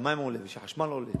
כשהמים עולים וכשהחשמל עולה